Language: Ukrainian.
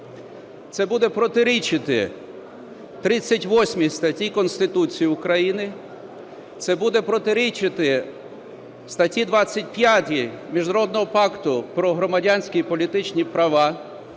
Це буде протирічити 38 статті Конституції України, це буде протирічити статті 25 Міжнародного пакту про громадянські і політичні права,